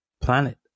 planet